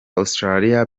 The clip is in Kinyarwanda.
australia